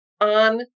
on